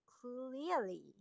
clearly